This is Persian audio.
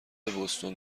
بوستون